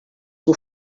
que